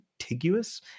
contiguous